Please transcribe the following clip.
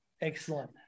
Excellent